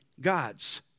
God's